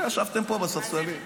ישבתם פה בספסלים.